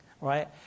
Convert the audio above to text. right